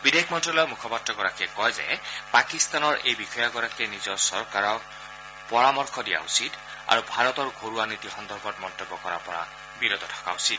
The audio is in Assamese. বিদেশী মন্তালয়ৰ মূখপাত্ৰগৰাকীয়ে কয় যে পাকিস্তানৰ এই বিষয়াগৰাকীয়ে নিজৰ চৰকাৰকহে পৰামৰ্শ দিয়া উচিত আৰু ভাৰতৰ ঘৰুৱা নীতি সন্দৰ্ভত মন্তব্য কৰাৰ পৰা বিৰত থকা উচিত